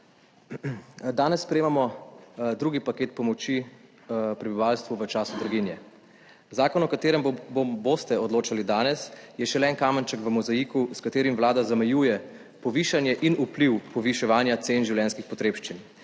Danes sprejemamo drugi paket pomoči prebivalstvu v času draginje. Zakon, o katerem boste odločali danes, je šele en kamenček v mozaiku, s katerim vlada zamejuje povišanje in vpliv poviševanja cen življenjskih potrebščin